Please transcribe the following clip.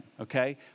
okay